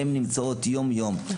הן נמצאות יום-יום,